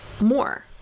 more